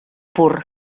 pur